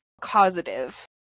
causative